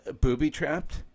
booby-trapped